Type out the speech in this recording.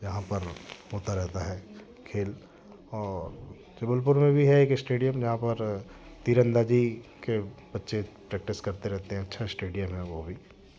यहाँ पर होता रहता है खेल जबलपुर में भी एक स्टेडियम जहाँ पर तीरंदाजी के बच्चे प्रैक्टिस रहते हैं अच्छा स्टेडियम में वो भी